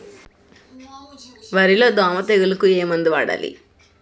వరిలో దోమ తెగులుకు ఏమందు వాడాలి?